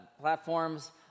platforms